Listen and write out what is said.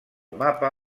mapa